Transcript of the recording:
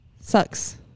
Sucks